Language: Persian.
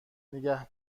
نگه